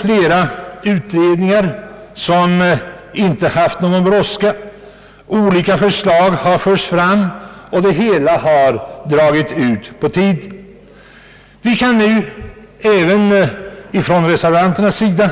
Flera utredningar har arbetat utan brådska, olika förslag har förts fram, och det hela har dragit ut på tiden. Nu kan även reservanterna